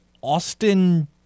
Austin